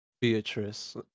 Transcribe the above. Beatrice